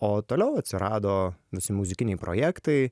o toliau atsirado visi muzikiniai projektai